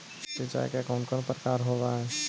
सिंचाई के कौन कौन प्रकार होव हइ?